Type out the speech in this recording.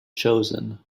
chosen